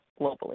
globally